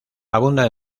abunda